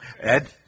Ed